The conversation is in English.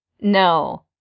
no